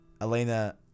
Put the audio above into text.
Elena